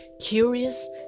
Curious